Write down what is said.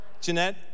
Jeanette